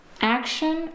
action